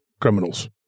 criminals